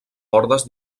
ordes